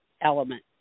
element